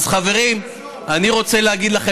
אתה יודע,